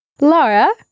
Laura